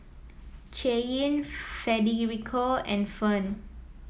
Cheyenne Federico and Ferne